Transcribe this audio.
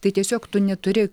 tai tiesiog tu neturi